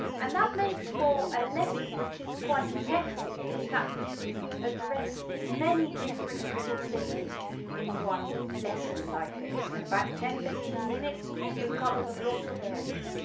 and that makes for a lesson which is quite effective in that you address many different little things in one lesson like this. in about ten fifteen minutes you've covered a lot of areas.